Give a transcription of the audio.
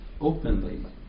openly